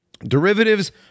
Derivatives